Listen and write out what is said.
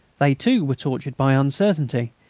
they, too, were tortured by uncertainty.